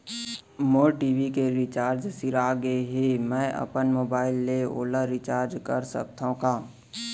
मोर TV के recharge सिरा गे हे, मैं अपन मोबाइल ले ओला रिचार्ज करा सकथव का?